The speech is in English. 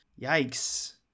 yikes